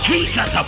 Jesus